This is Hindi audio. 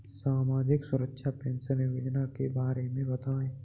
सामाजिक सुरक्षा पेंशन योजना के बारे में बताएँ?